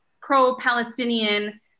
pro-Palestinian